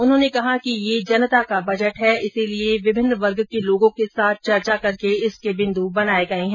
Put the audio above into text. उन्होंने कहा कि ये जनता का बजट है इसीलिये विभिन्न वर्ग के लोगों के साथ चर्चा करके इसके बिन्दू बनाये गये है